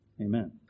Amen